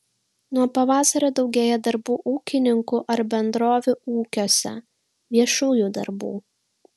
nuo pavasario daugėja darbų ūkininkų ar bendrovių ūkiuose viešųjų darbų